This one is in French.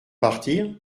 partir